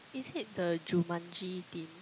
is it the jumanji team